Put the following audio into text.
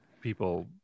people